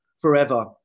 forever